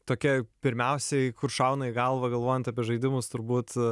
tokia pirmiausiai kur šauna į galvą galvojant apie žaidimus turbūt